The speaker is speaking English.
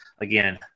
Again